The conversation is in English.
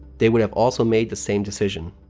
they would have also made the same decision.